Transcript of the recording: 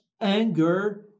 anger